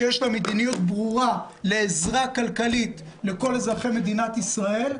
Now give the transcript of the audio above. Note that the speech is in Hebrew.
שיש לה מדיניות ברורה לעזרה כלכלית לכל אזרחי מדינת ישראל,